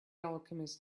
alchemist